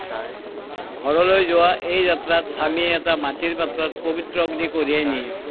ঘৰলৈ যোৱা এই যাত্ৰাত স্বামীয়ে এটা মাটিৰ পাত্ৰত পবিত্ৰ অগ্নি কঢ়িয়াই নিয়ে